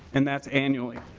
and that's annually.